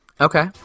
Okay